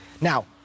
Now